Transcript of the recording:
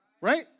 right